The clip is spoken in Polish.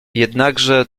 jednakże